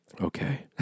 Okay